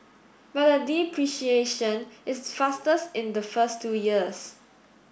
but the depreciation is fastest in the first two years